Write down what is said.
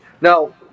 Now